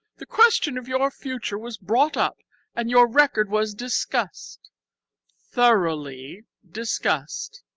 the question of your future was brought up and your record was discussed thoroughly discussed